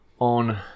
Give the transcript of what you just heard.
on